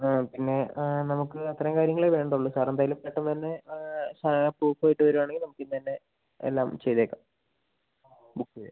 പിന്നെ നമുക്ക് അത്രയും കാര്യങ്ങളെ വേണ്ടുള്ളൂ സാർ എന്തായാലും പെട്ടെന്ന് തന്നെ സാർ പ്രൂഫ് ആയിട്ട് വരുവാണെങ്കിൽ നമുക്ക് ഇന്ന് തന്നെ എല്ലാം ചെയ്തേക്കാം ബുക്ക് ചെയ്യാം